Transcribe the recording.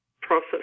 process